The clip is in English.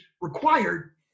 required